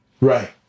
Right